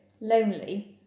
lonely